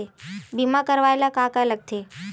बीमा करवाय ला का का लगथे?